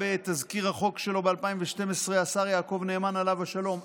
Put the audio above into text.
השר יעקב נאמן, עליו השלום,